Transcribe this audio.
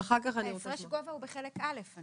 אני רואה שהפרש גובה הוא בחלק א'.